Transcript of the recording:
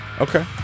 okay